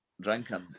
drinking